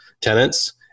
tenants